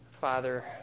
Father